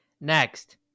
Next